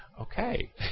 Okay